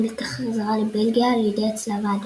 היא נלקחה חזרה לבלגיה על ידי הצלב האדום.